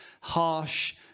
harsh